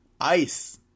ice